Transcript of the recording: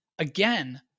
Again